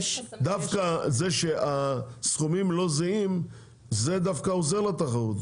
דווקא זה שהסכומים לא זהים זה עוזר לתחרות,